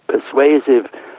persuasive